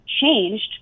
changed